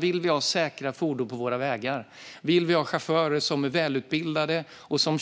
Vill vi ha säkra fordon på våra vägar, vill vi ha chaufförer som är välutbildade och som